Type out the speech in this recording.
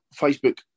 Facebook